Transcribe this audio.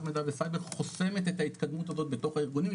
מידע וסייבר חוסמת את ההתקדמות הזאת בתוך הארגונים,